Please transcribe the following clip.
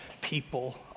people